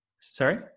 Sorry